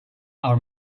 are